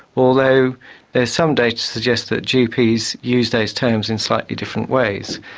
although there is some data to suggest that gps use those terms in slightly different ways,